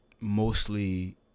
mostly